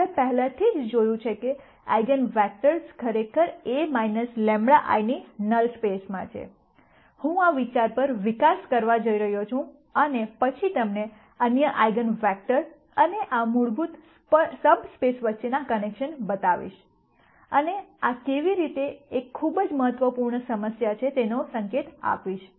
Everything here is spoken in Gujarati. આપણે પહેલેથી જ જોયું છે કે આઇગનવેક્ટર્સ ખરેખર A λ I ની નલ સ્પેસમાં છે હું આ વિચાર પર વિકાસ કરવા જઇ રહ્યો છું અને પછી તમને અન્ય આઇગનવેક્ટર અને આ મૂળભૂત સબ સ્પેસ વચ્ચેના કન્નેકશન બતાવીશ અને આ કેવી રીતે એક ખૂબ જ મહત્વપૂર્ણ સમસ્યા છે તેનો સંકેત આપીશ